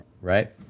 Right